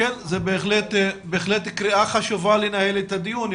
בהחלט קריאה חשובה לנהל את הדיון.